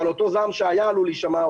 אבל אותו זעם שהיה עלול להישמע,